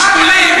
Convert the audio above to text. אהלן וסהלן